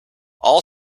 all